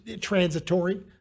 transitory